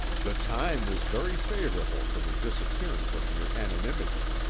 the time is very favorable for the disappearance of your anonymity.